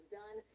done